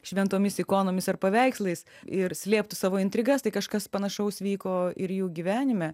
šventomis ikonomis ar paveikslais ir slėptų savo intrigas tai kažkas panašaus vyko ir jų gyvenime